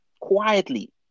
quietly